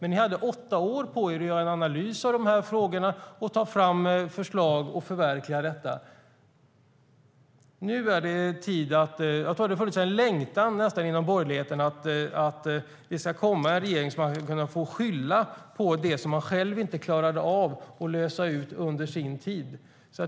Ni hade ändå åtta år på er att göra en analys av frågorna och ta fram förslag och förverkliga dem. Jag tror nästan att det har funnits en längtan inom borgerligheten efter att det ska komma en regering som man kan få skylla på för det som man själv inte klarade av att lösa ut under sin tid.